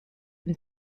and